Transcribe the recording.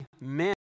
men